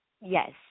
Yes